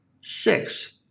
Six